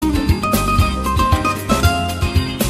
(כתוביות)